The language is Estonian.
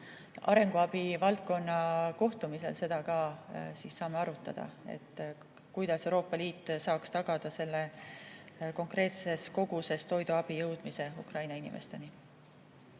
arenguabi valdkonna kohtumisel saame ka arutada, kuidas Euroopa Liit saaks tagada konkreetses koguses toiduabi jõudmise Ukraina inimesteni.